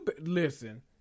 Listen